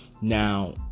Now